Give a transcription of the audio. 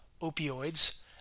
opioids